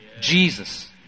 Jesus